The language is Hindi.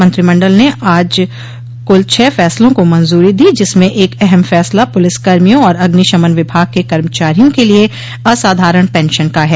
मंत्रिमंडल ने आज कुल छह फैसलों को मंजूरी दी जिसमें एक अहम फैसला पुलिस कर्मियों और अग्निशमन विभाग के कर्मचारियों के लिये असाधारण पेंशन का है